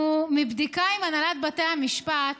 מבדיקה עם הנהלת בתי המשפט